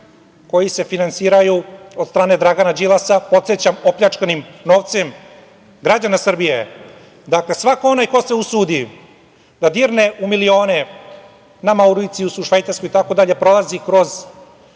koji se finansiraju od strane Dragana Đilasa, podsećam, opljačkanim novcem građana Srbije. Dakle, svako onaj ko se usudi da dirne u milione na Mauricijusu, Švajcarskoj itd. prolazi kroz